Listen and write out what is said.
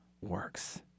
works